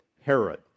Herod